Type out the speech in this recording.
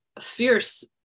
fierce